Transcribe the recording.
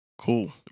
Cool